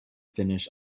finish